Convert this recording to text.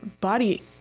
body